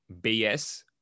BS